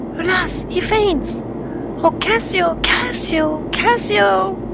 alas, he faints o cassio, cassio, cassio!